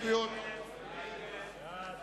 ההסתייגויות של קבוצת סיעת בל"ד לסעיף 03,